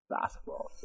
basketball